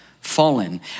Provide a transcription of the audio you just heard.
fallen